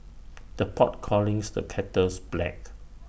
the pot callings the kettles black